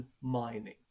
mining